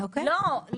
לא.